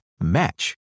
match